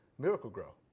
miracle-gro,